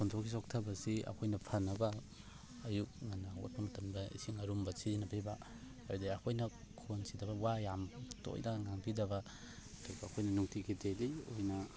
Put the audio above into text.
ꯈꯣꯟꯊꯣꯛꯀꯤ ꯆꯣꯛꯊꯕꯁꯤ ꯑꯩꯈꯣꯏꯅ ꯐꯅꯕ ꯑꯌꯨꯛ ꯉꯟꯅ ꯍꯧꯒꯠꯄ ꯃꯇꯝꯗ ꯏꯁꯤꯡ ꯑꯔꯨꯝꯕ ꯁꯤꯖꯤꯟꯅꯕꯤꯕ ꯍꯥꯏꯗꯤ ꯑꯩꯈꯣꯏꯅ ꯈꯣꯟ ꯁꯤꯙꯕ ꯋꯥ ꯌꯥꯝ ꯇꯣꯏꯅ ꯉꯥꯡꯕꯤꯗꯕ ꯑꯗꯨꯒ ꯑꯩꯈꯣꯏꯅ ꯅꯨꯡꯇꯤꯒꯤ ꯗꯦꯜꯂꯤ ꯑꯣꯏꯅ